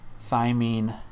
thymine